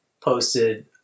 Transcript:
posted